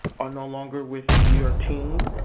are no longer with your team,